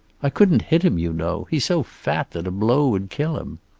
i couldn't hit him, you know. he's so fat that a blow would kill him.